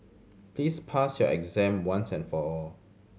please pass your exam once and for all